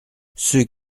ceux